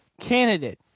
candidate